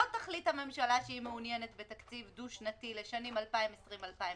אם הממשלה לא תחליט שהיא מעוניינת בתקציב דו-שנתי לשנים 2020 2021,